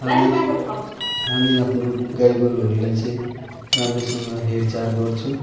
हामी हामी आफ्नो गाई गोरुहरूलाई चाहिँ राम्रोसँग हेरचाह गर्छौँ